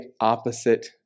opposite